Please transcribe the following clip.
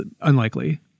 Unlikely